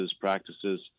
practices